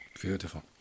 beautiful